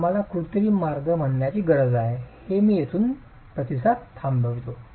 तर आम्हाला कृत्रिम मार्ग म्हणण्याची गरज आहे हे मी येथून प्रतिसाद थांबवितो